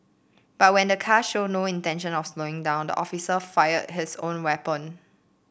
but when the car showed no intention of slowing down the officer fired his own weapon